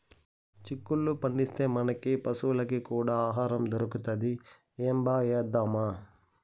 చిక్కుళ్ళు పండిస్తే, మనకీ పశులకీ కూడా ఆహారం దొరుకుతది ఏంబా ఏద్దామా